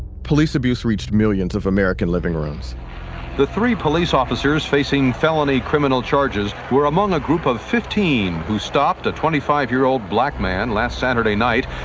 police abuse reached millions of american living rooms the three police officers facing felony criminal charges were among a group of fifteen who stopped a twenty five year old black man last saturday night,